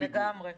לגמרי.